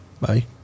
Bye